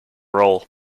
role